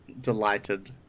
Delighted